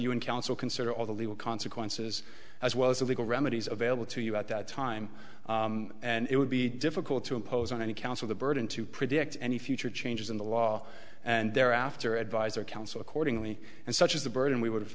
and counsel consider all the legal consequences as well as the legal remedies available to you at that time and it would be difficult to impose on any counsel the burden to predict any future changes in the law and thereafter advise or counsel accordingly and such is the burden we would